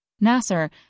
Nasser